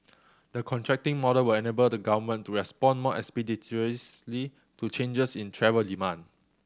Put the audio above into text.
the contracting model will enable the Government to respond more expeditiously to changes in travel demand